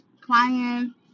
clients